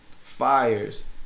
fires